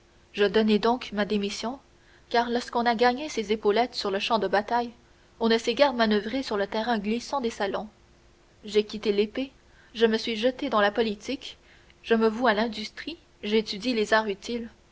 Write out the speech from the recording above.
je donnai donc ma démission car lorsqu'on a gagné ses épaulettes sur le champ de bataille on ne sait guère manoeuvrer sur le terrain glissant des salons j'ai quitté l'épée je me suis jeté dans la politique je me voue à l'industrie j'étudie les arts utiles